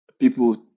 people